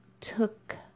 took